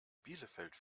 bielefeld